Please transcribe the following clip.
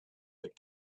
that